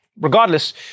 regardless